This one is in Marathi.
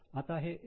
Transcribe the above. आता हे एम